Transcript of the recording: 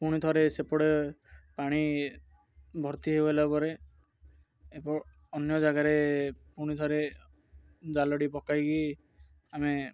ପୁଣି ଥରେ ସେପଟେ ପାଣି ଭର୍ତ୍ତି ହେଇଗଲା ପରେ ଅନ୍ୟ ଜାଗାରେ ପୁଣି ଥରେ ଜାଲଟି ପକାଇକି ଆମେ